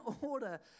order